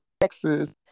Texas